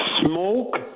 smoke